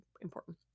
important